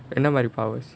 and what about the powers